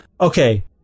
okay